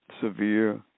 severe